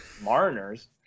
Mariners